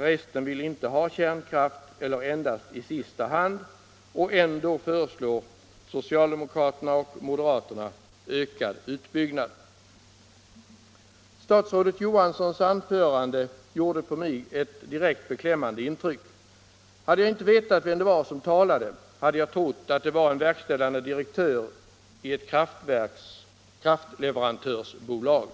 Resten vill inte ha kärnkraft eller endast ha den i sista hand. Och ändå föreslår socialdemokrater och moderater ökad utbyggnad! Statsrådet Johanssons anförande gjorde på mig ett direkt beklämmande intryck. Hade jag inte vetat vem det var som talade, hade jag trott att det var en verkställande direktör i ett kraftleverantörsbolag.